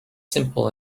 simple